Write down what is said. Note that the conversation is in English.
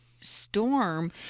storm